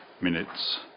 minutes